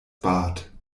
bart